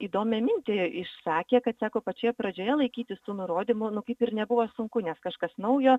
įdomią mintį išsakė kad sako pačioje pradžioje laikytis tų nurodymų nu kaip ir nebuvo sunku nes kažkas naujo